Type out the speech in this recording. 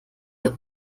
wir